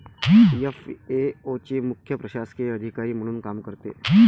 FAO चे मुख्य प्रशासकीय अधिकारी म्हणून काम करते